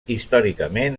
històricament